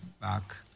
back